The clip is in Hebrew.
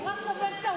הוא רק אומר את העובדות.